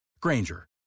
Granger